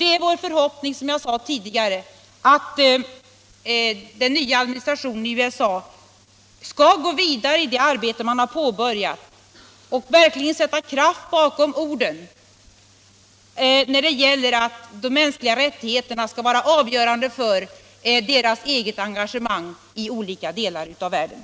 Det är vår förhoppning, som jag sade tidigare, att den nya administrationen i USA skall gå vidare i det arbete den har påbörjat och verkligen sätta kraft bakom orden att regeringarnas respekt för de mänskliga rättigheterna skall vara avgörande för USA:s engagemang i olika delar av världen.